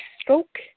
stroke